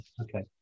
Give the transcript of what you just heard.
okay